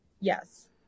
Yes